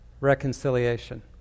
reconciliation